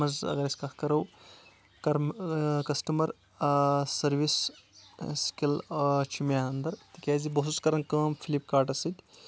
امہِ منٛز اگر أسۍ کتھ کرو کر کسٹمر سٔروِس سِکِل چھُ مےٚ اندر تِکیازِ بہٕ اوسُس کران کٲم فلپ کاٹس سۭتۍ